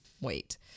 wait